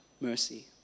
mercy